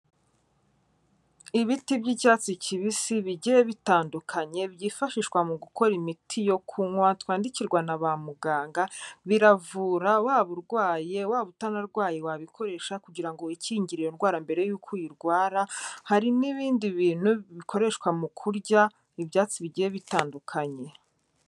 Ibiti by'icyatsi kibisi bigiye bitandukanye byifashishwa mu gukora imiti yo kunywa twandikirwa na ba muganga, biravura waba urwaye, waba utanarwaye wabikoresha kugira ngo wikingire iyo ndwara mbere y'uko uyirwara, hari n'ibindi bintu bikoreshwa mu kurya, ibyatsi bigiye bitandukanye.